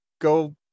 go